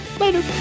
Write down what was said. Later